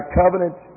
covenant